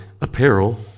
apparel